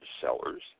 Sellers